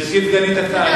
גברתי סגנית השר,